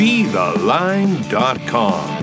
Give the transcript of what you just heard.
BeTheLine.com